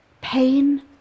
pain